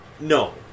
No